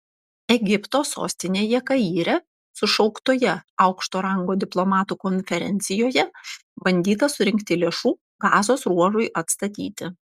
egipto sostinėje kaire sušauktoje aukšto rango diplomatų konferencijoje bandyta surinkti lėšų gazos ruožui atstatyti